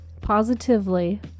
positively